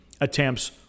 attempts